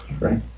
right